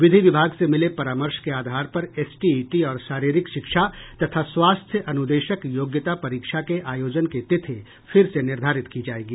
विधि विभाग से मिले परामर्श के आधार पर एसटीईटी और शारीरिक शिक्षा तथा स्वास्थ्य अनुदेशक योग्यता परीक्षा के आयोजन की तिथि फिर से निर्धारित की जायेगी